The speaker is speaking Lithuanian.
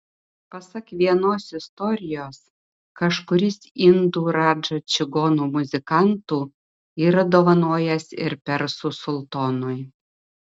pasak vienos istorijos kažkuris indų radža čigonų muzikantų yra dovanojęs ir persų sultonui